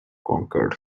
conquered